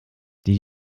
die